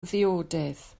ddiodydd